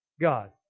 God